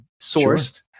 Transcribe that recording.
sourced